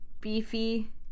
beefy